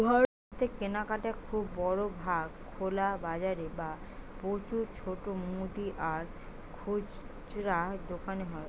ভারতের কেনাকাটা খুব বড় ভাগ খোলা বাজারে বা প্রচুর ছোট মুদি আর খুচরা দোকানে হয়